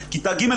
כיתה ג',